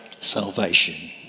salvation